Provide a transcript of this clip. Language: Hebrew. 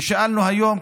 ושאלנו היום,